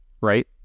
right